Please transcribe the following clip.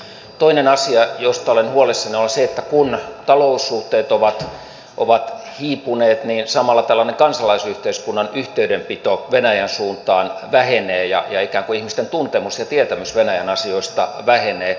toinen asia josta olen huolissani on se että kun taloussuhteet ovat hiipuneet niin samalla tällainen kansalaisyhteiskunnan yhteydenpito venäjän suuntaan vähenee ja ikään kuin ihmisten tuntemus ja tietämys venäjän asioista vähenee